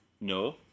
No